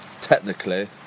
Technically